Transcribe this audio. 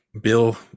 Bill